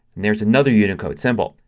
there's another unicode symbol.